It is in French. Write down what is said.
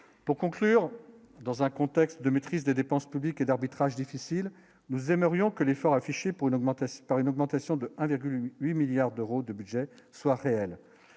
Pour conclure, dans un contexte de maîtrise des dépenses publiques et d'arbitrages difficiles, nous aimerions que l'effort affiché pour une augmentation, par une augmentation de 1,8 milliard d'euros de budget soit réel,